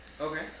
Okay